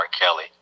Kelly